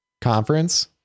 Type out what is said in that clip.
conference